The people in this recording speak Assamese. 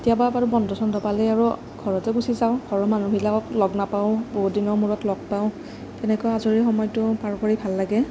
কেতিয়াবা বাৰু বন্ধ চন্ধ পালে আৰু ঘৰতে গুচি যাওঁ ঘৰৰ মানুহবিলাকক লগ নাপাওঁ বহুদিনৰ মূৰত লগ পাওঁ তেনেকুৱা আজৰি সময়টো পাৰ কৰি ভাল লাগে